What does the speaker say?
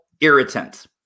irritant